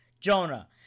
Jonah